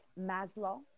Maslow